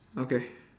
okay